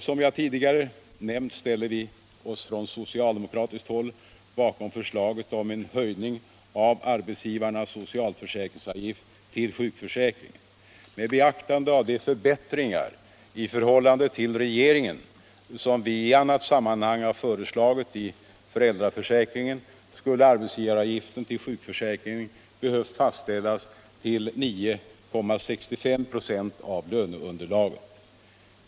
Som jag tidigare nämnt ställer vi oss från socialdemokratiskt håll bakom förslaget om en höjning av arbetsgivarnas socialförsärkingsavgift till sjukförsäkringen. Med beaktande av de förbättringar i förhållande till regeringens förslag som vi i annat sammanhang har föreslagit i föräldraförsäkringen skulle arbetsgivaravgiften till sjukförsäkringen behövt fastställas till 9,65 926 av löneunderlaget.